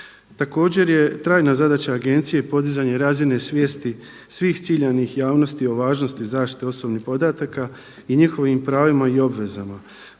Također je trajna zadaća agencije i podizanje razine svijesti svih ciljanih javnosti o važnosti zaštite osobnih podataka i njihovim pravima i obvezama